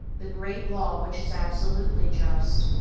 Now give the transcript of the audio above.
the great law which is absolutely just,